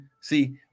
See